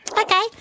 Okay